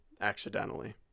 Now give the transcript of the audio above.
Accidentally